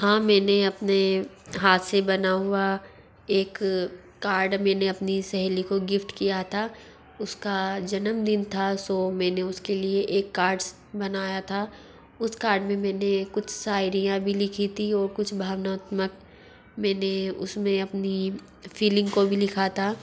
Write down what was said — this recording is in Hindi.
हाँ मैंने अपने हाथ से बना हुआ एक कार्ड मैंने अपनी सहेली को गिफ्ट किया था उसका जन्मदिन था सो मैंने उसके लिए एक कार्ड्स बनाया था उस कार्ड मे मैंने कुछ शेयरी भी लिखी थी और कुछ भावनात्मक मैंने उस में अपनी फीलिंग को भी लिखा था